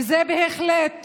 וזה בהחלט